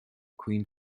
queen